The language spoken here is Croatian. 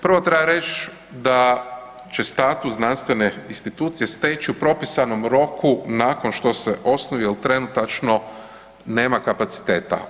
Prvo treba reći da će status znanstvene institucije steći u propisanom roku nakon što se osnuju jel trenutačno nema kapaciteta.